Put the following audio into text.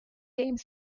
deemed